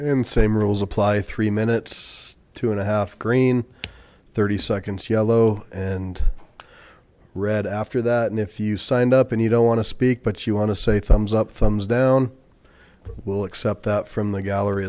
same rules apply three minutes two and a half green thirty seconds yellow and red after that and if you signed up and you don't want to speak but you want to say thumbs up thumbs down we'll accept that from the gallery